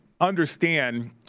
understand